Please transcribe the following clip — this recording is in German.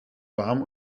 warm